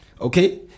Okay